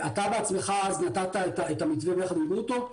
אתה בעצמך אז נתת את המתווה יחד עם גרוטו,